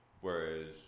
Whereas